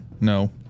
No